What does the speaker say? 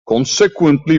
consequently